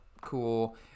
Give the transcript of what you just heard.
Cool